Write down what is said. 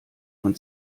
von